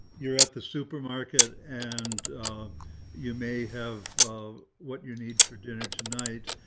you're at the supermarket, and you may have what you need for dinner tonight.